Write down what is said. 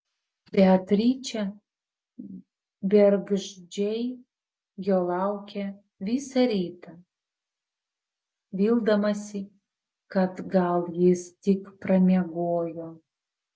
beatričė bergždžiai jo laukė visą rytą vildamasi kad gal jis tik pramiegojo